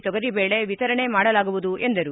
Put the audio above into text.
ತೊಗರಿದೇಳೆ ವಿತರಣೆ ಮಾಡಲಾಗುವುದು ಎಂದರು